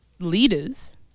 leaders